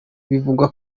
bivugwa